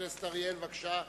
חבר הכנסת אורי אריאל, תודה.